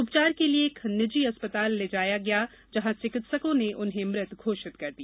उपचार के लिये एक निजी अस्पताल ले जाया गया जहां चिकित्सकों ने उन्हें मृत घोषित कर दिया